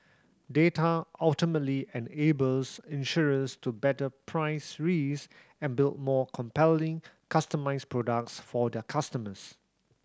data ultimately enables insurers to better price risk and build more compelling customised products for their customers